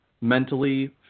Mentally